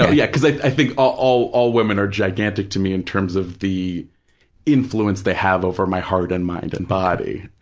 no, yeah because i think all all women are gigantic to me in terms of the influence they have over my heart and mind and body,